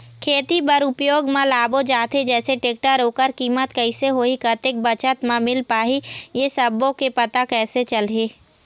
खेती बर उपयोग मा लाबो जाथे जैसे टेक्टर ओकर कीमत कैसे होही कतेक बचत मा मिल पाही ये सब्बो के पता कैसे चलही?